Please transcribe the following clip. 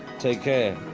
take care.